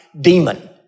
demon